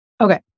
Okay